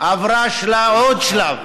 עברה עוד שלב,